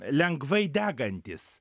lengvai degantys